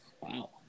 Wow